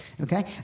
okay